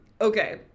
Okay